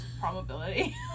probability